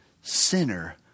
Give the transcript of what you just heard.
sinner